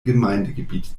gemeindegebiet